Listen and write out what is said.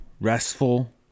restful